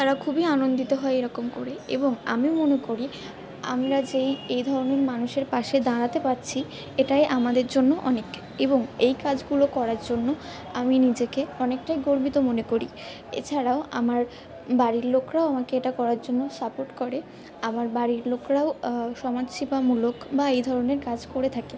তারা খুবই আনন্দিত হয় এরকম করে এবং আমি মনে করি আমরা যেই এই ধরনের মানুষের পাশে দাঁড়াতে পারছি এটাই আমাদের জন্য অনেক এবং এই কাজগুলো করার জন্য আমি নিজেকে অনেকটাই গর্বিত মনে করি এছাড়াও আমার বাড়ির লোকরাও আমাকে এটা করার জন্য সাপোর্ট করে আবার বাড়ির লোকরাও সমাজসেবামূলক বা এই ধরনের কাজ করে থাকে